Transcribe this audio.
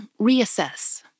reassess